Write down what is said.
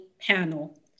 panel